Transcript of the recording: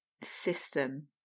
system